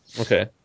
Okay